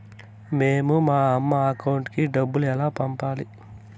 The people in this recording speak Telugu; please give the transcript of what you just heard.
మేము మా అమ్మ అకౌంట్ కి డబ్బులు ఎలా పంపాలి